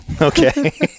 okay